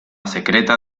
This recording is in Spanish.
secreta